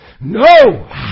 No